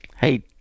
hey